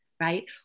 Right